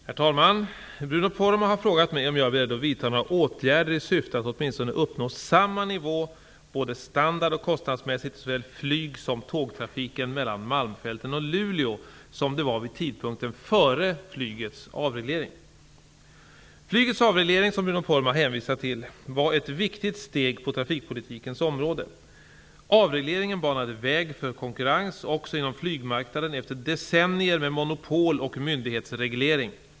Herr talman! Bruno Poromaa har frågat mig om jag är beredd att vidta några åtgärder i syfte att åtminstone uppnå samma nivå både standard och kostnadsmässigt i såväl flyg som tågtrafiken mellan Malmfälten och Luleå som det var vid tidpunkten före flygets avreglering. Flygets avreglering, som Bruno Poromaa hänvisar till, var ett viktigt steg på trafikpolitikens område. Avregleringen banade väg för konkurrens också inom flygmarknaden efter decennier med monopol och myndighetsreglering.